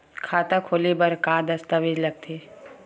खाता खोले बर का का दस्तावेज लगथे?